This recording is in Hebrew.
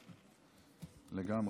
לגמרי.